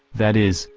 that is,